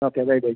okay bye bye